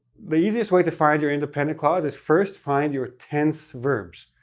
the easiest way to find your independent clause is first find your tense verbs.